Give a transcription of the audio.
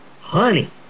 honey